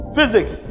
Physics